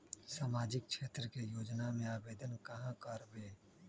सामाजिक क्षेत्र के योजना में आवेदन कहाँ करवे?